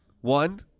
one